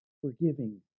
Forgiving